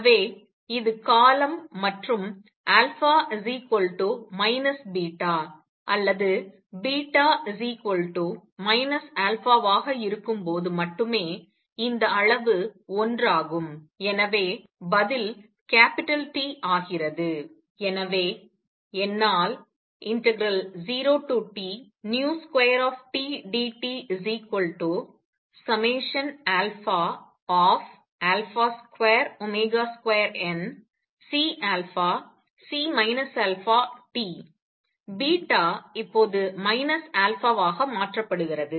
எனவே இது காலம் மற்றும் α β அல்லது β α ஆக இருக்கும்போது மட்டுமே இந்த அளவு ஒன்றாகும் எனவே பதில் கேப்பிட்டல் T ஆகிறது எனவே என்னால் 0Tv2tdt 22CC αT இப்போது α ஆக மாற்றப்படுகிறது